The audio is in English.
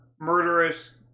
murderous